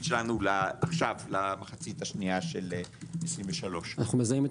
שלנו עכשיו למחצית השנייה של 2023. אנחנו מזהים את